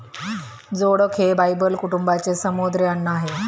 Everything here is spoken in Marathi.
जोडक हे बायबल कुटुंबाचे समुद्री अन्न आहे